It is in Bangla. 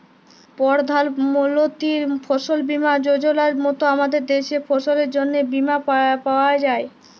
পরধাল মলতির ফসল বীমা যজলার মত আমাদের দ্যাশে ফসলের জ্যনহে বীমা পাউয়া যায়